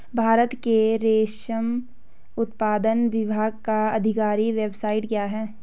भारत के रेशम उत्पादन विभाग का आधिकारिक वेबसाइट क्या है?